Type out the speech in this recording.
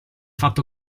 fatto